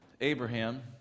Abraham